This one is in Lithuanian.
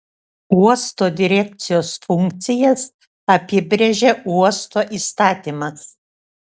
uosto direkcijos funkcijas apibrėžia uosto įstatymas